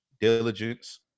diligence